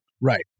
right